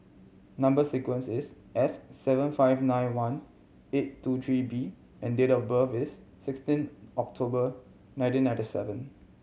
number sequence is S seven five nine one eight two three B and date of birth is sixteen October nineteen ninety seven